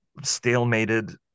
Stalemated